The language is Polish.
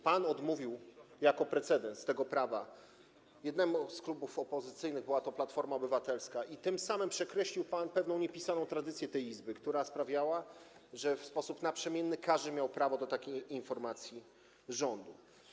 Pan odmówił, tworząc precedens, tego prawa jednemu z klubów opozycyjnych - była to Platforma Obywatelska - i tym samym przekreślił pan pewną niepisaną tradycję tej Izby, która sprawiała, że w sposób naprzemienny każdy miał prawo do uzyskania takiej informacji rządu.